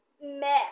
mess